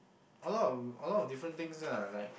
a lot of a lot of different things ah like